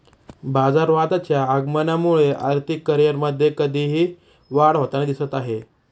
बाजारवादाच्या आगमनामुळे आर्थिक करिअरमध्ये कधीही वाढ होताना दिसत आहे